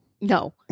No